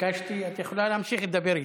את יכולה להמשיך לדבר איתו.